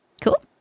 Cool